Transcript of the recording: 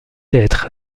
être